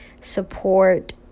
support